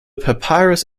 papyrus